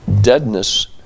deadness